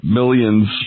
millions